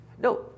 No